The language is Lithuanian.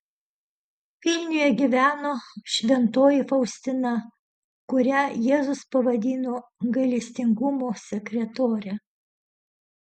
vilniuje gyveno šventoji faustina kurią jėzus pavadino gailestingumo sekretore